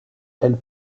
elle